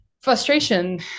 frustration